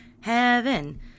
Heaven